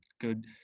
good